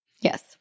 Yes